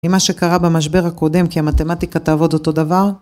ממה שקרה במשבר הקודם כי המתמטיקה תעבוד אותו דבר?